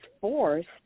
forced